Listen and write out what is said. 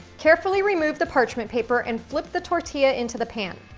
carefully remove the parchment paper and flip the tortilla into the pan.